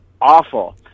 awful